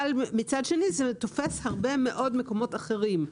אבל מצד שני זה תופס הרבה מאוד מקומות אחרים,